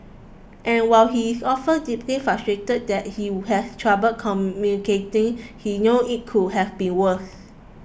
and while he is often deeply frustrated that he has trouble communicating he know it could have been worse